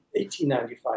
1895